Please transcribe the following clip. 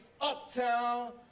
uptown